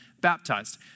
baptized